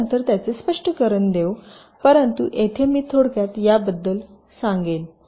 आम्ही नंतर त्याचे स्पष्टीकरण देऊ परंतु इथे मी थोडक्यात याबद्दल सांगेन